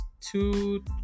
two